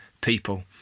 people